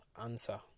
answer